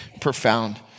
profound